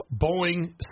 Boeing